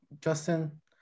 Justin